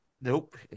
Nope